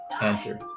answer